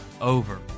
over